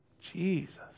Jesus